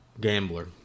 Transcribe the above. gambler